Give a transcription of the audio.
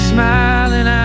Smiling